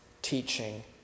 teaching